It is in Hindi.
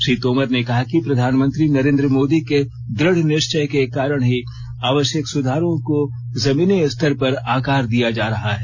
श्री तोमर ने कहा की प्रधानमंत्री नरेन्द्र मोदी के दृढ़ निश्चय के कारण ही आवश्यक सुधारों को जमीनी स्तर पर आकार दिया जा रहा है